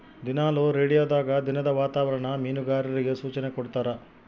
ದಿನಾಲು ರೇಡಿಯೋದಾಗ ದಿನದ ವಾತಾವರಣ ಮೀನುಗಾರರಿಗೆ ಸೂಚನೆ ಕೊಡ್ತಾರ